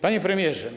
Panie Premierze!